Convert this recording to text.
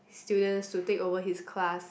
students to take over his class